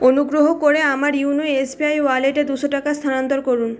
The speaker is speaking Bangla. অনুগ্রহ করে আমার ইউনো এস বি আই ওয়ালেটে দুশো টাকা স্থানান্তর করুন